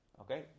Okay